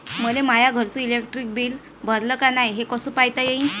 मले माया घरचं इलेक्ट्रिक बिल भरलं का नाय, हे कस पायता येईन?